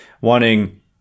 wanting